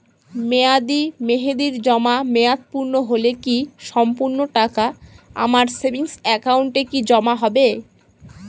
মেয়াদী মেহেদির জমা মেয়াদ পূর্ণ হলে কি সম্পূর্ণ টাকা আমার সেভিংস একাউন্টে কি জমা হবে?